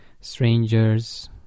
strangers